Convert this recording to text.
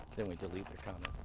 then we delete their kind of